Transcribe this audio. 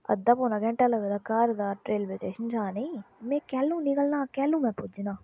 अद्धा पौना घैंटा लगदा घर दा रेलवे टेशन जाने में कैलु निकलना कैलु में पुज्जना